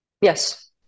yes